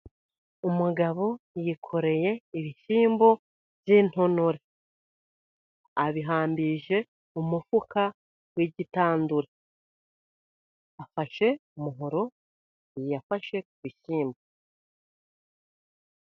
Umugabo yikoreye ibishyimbo by'intonore, abihambirije umufuka w'igitandure, afashe umuhoro, yafashe ku bishyimbo.